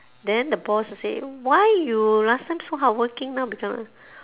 then the boss will say why you last time so hardworking now become like